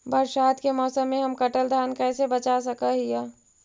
बरसात के मौसम में हम कटल धान कैसे बचा सक हिय?